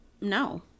No